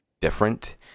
different